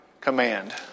command